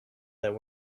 that